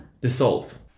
dissolve